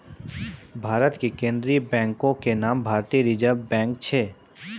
भारत के केन्द्रीय बैंको के नाम भारतीय रिजर्व बैंक छै